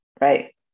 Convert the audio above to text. Right